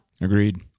Agreed